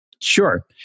Sure